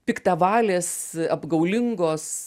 piktavalės apgaulingos